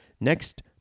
next